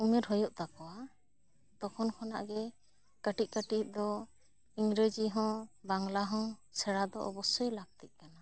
ᱩᱢᱮᱨ ᱦᱩᱭᱩᱜ ᱛᱟᱠᱚᱣᱟ ᱛᱚᱠᱷᱚᱱ ᱠᱷᱚᱱᱟᱜ ᱜᱮ ᱠᱟᱹᱴᱤᱡ ᱠᱟᱹᱴᱤᱡ ᱫᱚ ᱤᱝᱨᱟᱹᱡᱤ ᱦᱚᱸ ᱵᱟᱝᱞᱟ ᱦᱚᱸ ᱥᱮᱬᱟ ᱫᱚ ᱚᱵᱚᱥᱥᱚᱭ ᱞᱟᱹᱠᱛᱤᱜ ᱠᱟᱱᱟ